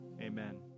amen